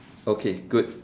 okay good